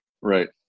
Right